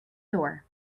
door